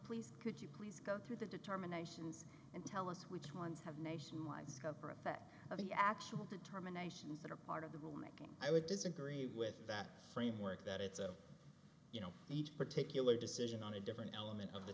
please could you please go through the determinations and tell us which ones have nationwide scope or effect of the actual determinations that are part of the rule making i would disagree with that framework that it's a you know each particular decision on a different element of the